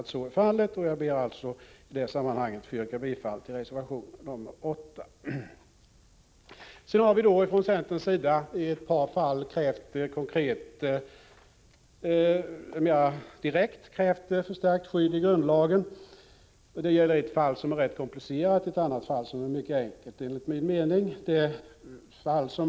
I detta sammanhang ber jag att få yrka bifall till reservation 8. Centern har i ett par fall mera direkt krävt en förstärkning av grundlagsskyddet. Det gäller dels ett rätt komplicerat fall, dels ett annat fall som, enligt min mening, är mycket enkelt.